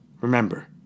Remember